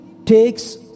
Takes